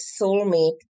soulmate